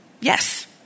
Yes